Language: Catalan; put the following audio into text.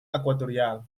equatorial